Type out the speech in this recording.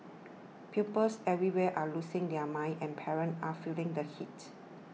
pupils everywhere are losing their minds and parents are feeling the heat